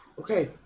Okay